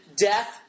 death